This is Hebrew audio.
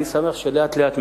אני שמח שלאט-לאט,